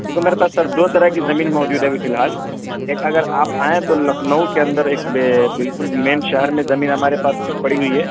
کیونکہ میرے پاس سر دو طرح کی زمین موجود ہے ابھی فی الحال ایک اگر آپ آئیں تو لکھنؤ کے اندر ایک بالکل مین شہر میں زمین ہمارے پاس پڑی ہوئی ہے